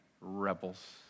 rebels